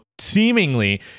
seemingly